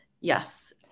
Yes